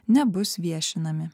nebus viešinami